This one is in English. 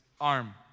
arm